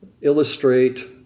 illustrate